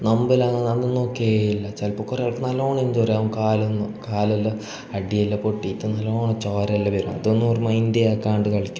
നമ്പലാന്ന് അതൊന്നും നോക്കുകയില്ല ചിലപ്പം കുറേ ആൾ നല്ലവണ്ണം ഇഞ്ചുറി ആകും കാലൊന്നു കാലെല്ലാം അടിയെല്ലാം പൊട്ടിയിട്ട് നല്ലവണ്ണം ചോര എല്ലാം വരുന്നു അതൊന്നും ഒരു മൈൻഡേ ആക്കാണ്ട് കളിക്കും